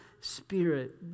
spirit